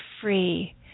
free